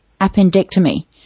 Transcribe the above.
appendectomy